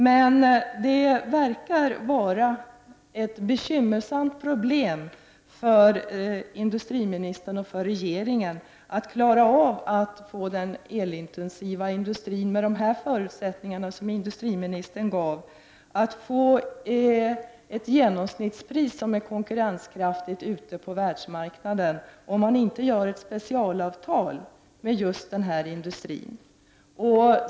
Men det verkar vara ett stort problem för industriministern och för regeringen med de förutsättningar som industriministern här angav att i den elintensiva industrin få ett genomsnittspris som är konkurrenskraftigt ute på världsmarknaden, om man inte träffar ett specialavtal med just denna industri.